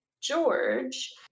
george